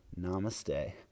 namaste